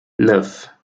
neuf